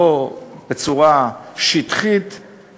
לא בצורה שטחית,